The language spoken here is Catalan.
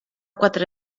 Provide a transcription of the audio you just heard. quatre